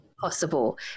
possible